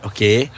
Okay